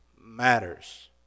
matters